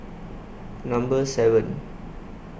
Number seven